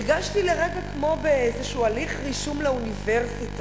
הרגשתי לרגע כמו באיזשהו הליך רישום לאוניברסיטה,